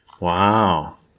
Wow